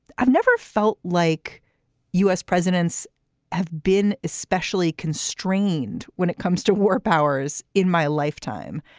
i've never felt like u s. presidents have been especially constrained when it comes to war powers in my lifetime.